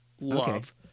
love